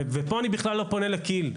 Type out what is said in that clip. ופה אני בכלל לא פונה לכי"ל.